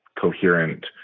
coherent